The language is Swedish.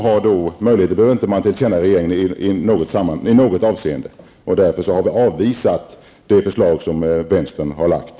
Man behöver inte tillkännage regeringen detta i något avseende, därför har vi avvisat det förslag som vänsterpartiet har lagt.